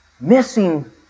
missing